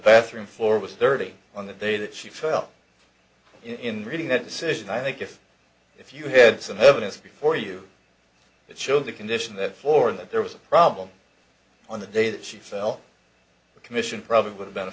bathroom floor was thirty on the day that she fell in reading that decision i think if if you had some evidence before you that showed the condition that for that there was a problem on the day that she fell the commission probably would have been a